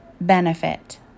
benefit